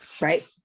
right